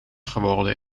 geworden